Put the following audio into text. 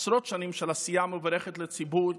עשרות שנים של עשייה מבורכת של הציבור,